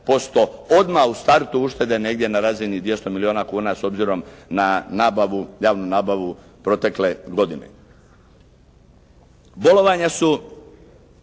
odmah u startu uštede negdje na razini 200 milijuna kuna s obzirom na nabavu, javnu nabavu protekle godine. Bolovanja su